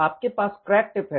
आपके पास crack tip है